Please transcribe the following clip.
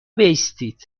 بایستید